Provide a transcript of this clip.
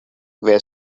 where